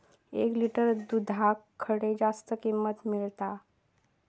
एक लिटर दूधाक खडे जास्त किंमत मिळात?